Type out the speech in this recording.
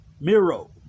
Miro